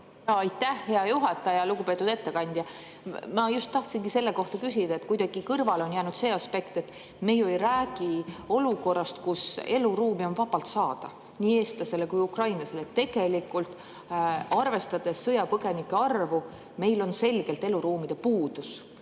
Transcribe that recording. Aitäh, hea juhataja! Lugupeetud ettekandja! Ma just tahtsingi selle kohta küsida. Kuidagi kõrvale on jäänud see aspekt, et me ju ei räägi olukorrast, kus eluruume on vabalt saada nii eestlasele kui ka ukrainlasele. Arvestades sõjapõgenike arvu, on meil selgelt eluruumide puudus